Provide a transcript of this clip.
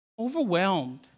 overwhelmed